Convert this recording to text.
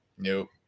Nope